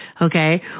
Okay